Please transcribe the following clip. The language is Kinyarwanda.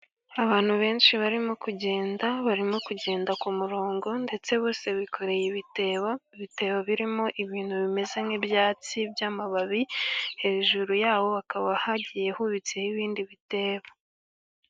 Abantu benshi barimo kugenda barimo kugenda ku murongo ndetse bose bikoreye ibitebo ibitebo birimo ibintu bimeze nk'ibyatsi by'amababi hejuru yawo hakaba hagiye hubitseho ibindi bitebo.